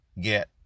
get